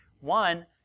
One